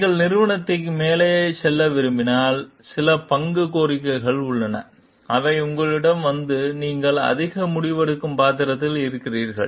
நீங்கள் நிறுவனத்தை மேலே செல்ல விரும்பினால் சில பங்கு கோரிக்கைகள் உள்ளன அவை உங்களிடம் வந்து நீங்கள் அதிக முடிவெடுக்கும் பாத்திரங்களில் இறங்குகிறீர்கள்